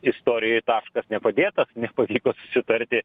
istorijoj taškas nepadėtas nepavyko susitarti